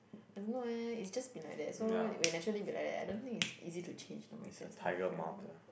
I don't know eh it's just been like that so we'll naturally be like that I don't think is easy to change the mindset of parents